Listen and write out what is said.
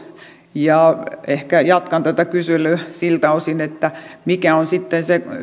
ja ehkä jatkan tätä kyselyä siltä osin että mikä on sitten se